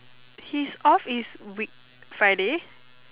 his off is week Friday